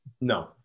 No